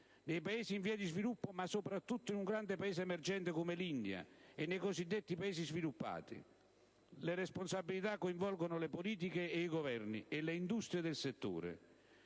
nei Paesi in via di sviluppo, ma soprattutto in un grande Paese emergente come l'India, e nei cosiddetti Paesi sviluppati. Le responsabilità coinvolgono le politiche e i Governi, e le industrie del settore.